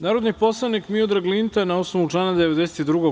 Narodni poslanik Miodrag Linta, na osnovu člana 92.